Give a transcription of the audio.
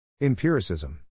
Empiricism